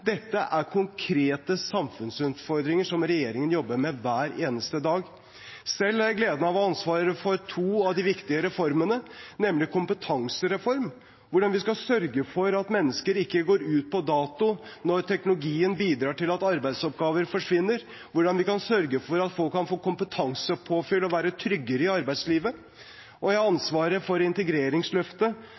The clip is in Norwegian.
Dette er konkrete samfunnsutfordringer som regjeringen jobber med hver eneste dag. Selv har jeg gleden av å ha ansvaret for to av de viktige reformene, nemlig kompetansereformen – hvordan vi skal sørge for at mennesker ikke går ut på dato når teknologien bidrar til at arbeidsoppgaver forsvinner, hvordan vi kan sørge for at folk kan få kompetansepåfyll og være tryggere i arbeidslivet. Jeg har også ansvaret for integreringsløftet,